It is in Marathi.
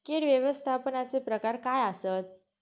कीड व्यवस्थापनाचे प्रकार काय आसत?